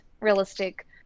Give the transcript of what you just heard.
realistic